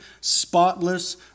spotless